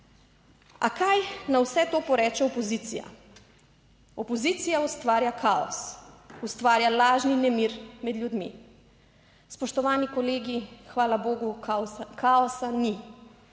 A kaj na vse to poreče opozicija? Opozicija ustvarja kaos, ustvarja lažni nemir med ljudmi. Spoštovani kolegi, hvala bogu kaosa ni.